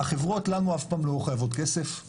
החברות לנו אף פעם לא חייבות כסף,